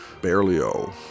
Berlioz